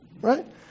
right